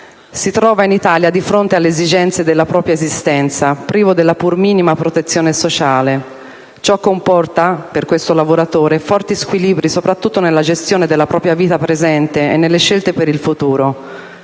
si trova di fronte alle esigenze della propria esistenza privo della pur minima protezione sociale; ciò comporta forti squilibri, soprattutto nella gestione della propria vita presente e nelle scelte per il futuro.